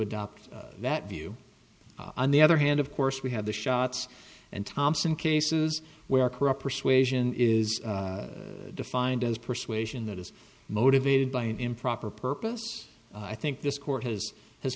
adopt that view on the other hand of course we have the shots and thompson cases where persuasion is defined as persuasion that is motivated by an improper purpose i think this court has h